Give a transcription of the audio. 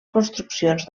construccions